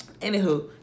anywho